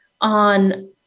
on